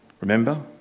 Remember